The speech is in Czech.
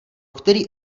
který